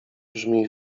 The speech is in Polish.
brzmi